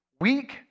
weak